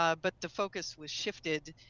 ah but the focus was shifted